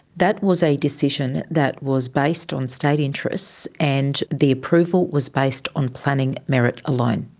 that was a decision that was based on state interests and the approval was based on planning merit alone.